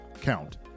count